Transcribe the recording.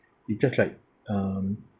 it just like um